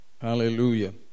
Hallelujah